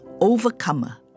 overcomer